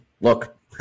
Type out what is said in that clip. look